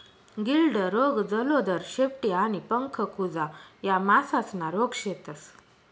गिल्ड रोग, जलोदर, शेपटी आणि पंख कुजा या मासासना रोग शेतस